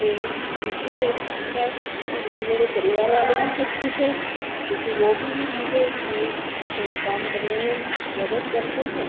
तो इससे क्या कि मेरे परिवार वाले भी सब ख़ुश हैं क्योंकि वह भी मुझे इस काम करने में मदद करते हैं